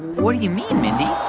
what do you mean, mindy?